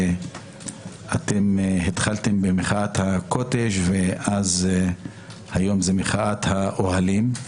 התחלתם במחאת הקוטג' והיום זה מחאת האוהלים.